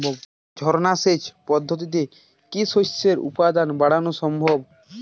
ঝর্না সেচ পদ্ধতিতে কি শস্যের উৎপাদন বাড়ানো সম্ভব?